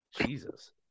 Jesus